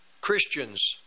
Christians